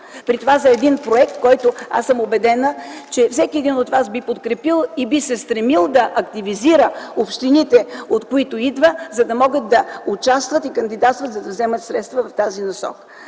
При това за един проект, който, аз съм убедена, всеки един от вас би подкрепил и би се стремил да активизира общините, от които идва, да могат да участват и кандидатстват, за да вземат средства в тази насока.